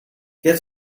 get